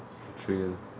betrayal